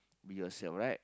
be yourself right